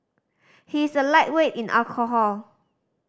he is a lightweight in alcohol